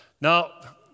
Now